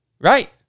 right